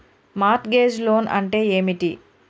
Mart gauge loan అంటే ఏమిటి?